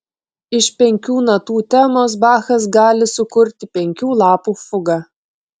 iš penkių natų temos bachas gali sukurti penkių lapų fugą